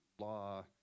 law